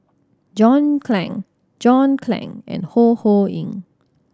John Clang John Clang and Ho Ho Ying